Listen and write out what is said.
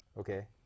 Okay